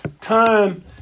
time